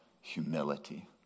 humility